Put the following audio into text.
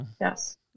Yes